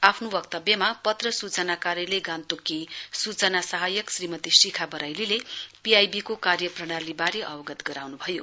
आफ्नो वक्तव्यमा पत्र सूचना कार्यालय गान्तोककी सूचना सहायक श्रीमती सिखा बराईलीले पीआइबीको कार्यप्रणालीबारे अवगत गराउनुभयो